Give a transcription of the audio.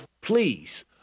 please